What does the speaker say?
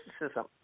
mysticism